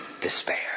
Despair